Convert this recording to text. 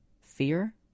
fear